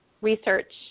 research